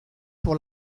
pour